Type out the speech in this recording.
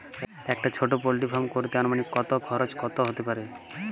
একটা ছোটো poultry farm করতে আনুমানিক কত খরচ কত হতে পারে?